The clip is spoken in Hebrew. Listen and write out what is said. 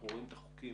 ואנחנו רואים את החוקים